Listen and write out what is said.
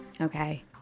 Okay